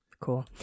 cool